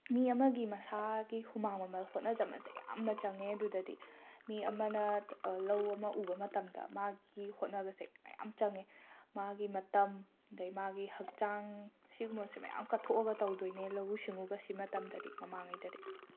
ꯃꯤ ꯑꯃꯒꯤ ꯃꯁꯥꯒꯤ ꯍꯨꯃꯥꯡ ꯃꯃꯜ ꯍꯣꯠꯅꯖꯃꯟꯁꯦ ꯌꯥꯝꯅ ꯆꯪꯑꯦ ꯑꯗꯨꯗꯗꯤ ꯃꯤ ꯑꯃꯅ ꯂꯧ ꯑꯃ ꯎꯕ ꯃꯇꯝꯗ ꯃꯥꯒꯤ ꯍꯣꯠꯅꯁꯦ ꯃꯌꯥꯝ ꯆꯪꯉꯦ ꯃꯥꯒꯤ ꯃꯇꯝ ꯑꯗꯒꯤ ꯃꯥꯒꯤ ꯍꯛꯆꯥꯡ ꯁꯤꯒꯨꯝꯕꯁꯦ ꯃꯌꯥꯝ ꯀꯠꯊꯣꯛꯑꯒ ꯇꯧꯗꯣꯏꯅꯦ ꯂꯧꯎ ꯁꯤꯡꯎꯕꯁꯤ ꯃꯇꯝꯗꯗꯤ ꯃꯃꯥꯡꯉꯩꯗꯗꯤ